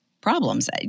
problems